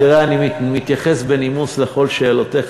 תראה, אני מתייחס בנימוס לכל שאלותיך.